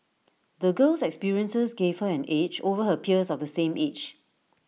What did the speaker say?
the girl's experiences gave her an edge over her peers of the same age